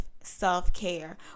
self-care